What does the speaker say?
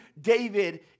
David